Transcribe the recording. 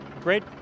great